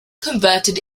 converted